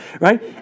right